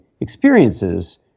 experiences